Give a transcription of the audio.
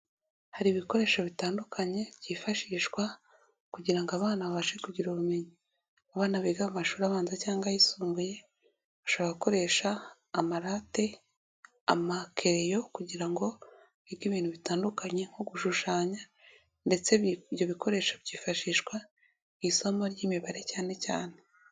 Hari ibikoresho bitandukanye byifashishwa kugira ngo abana babashe kugira ubumenyi, abna biga mu mashuri abanza cyangwa ayisumbuye bashobora gukoresha amarate, amakereyo kugira ngo bige ibintu bitandukanye nko gushushanya ndetse ibyo bikoresho byifashishwa mu isomo ry'imibare cyane cyane.